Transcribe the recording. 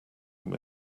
him